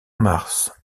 mars